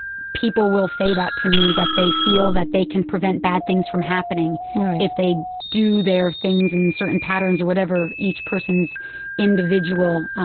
people will say that to me, that they feel they can prevent bad things from happening if they do their things in certain patterns, whatever each person's individual